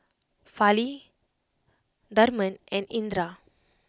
Fali Tharman and Indira